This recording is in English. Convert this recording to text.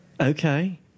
Okay